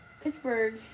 Pittsburgh